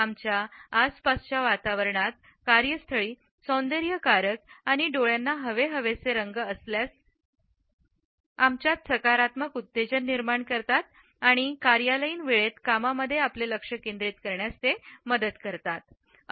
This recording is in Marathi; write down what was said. आमच्या आसपासच्या वातावरणात कार्यस्थळी सौंदर्यकारक आणि डोळ्यांना हवेहवेसे रंग असल्यास आहेत आणि आमच्यात सकारात्मक उत्तेजन निर्माण करतात आणि ते कार्यालयीन वेळेत कामांमध्ये आपले लक्ष केंद्रित करण्यास मदत करतात